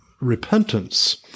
Repentance